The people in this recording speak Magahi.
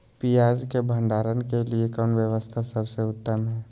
पियाज़ के भंडारण के लिए कौन व्यवस्था सबसे उत्तम है?